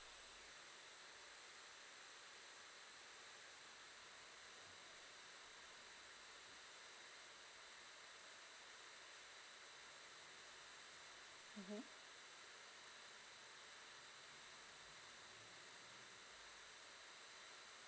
mmhmm